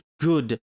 good